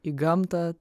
į gamtą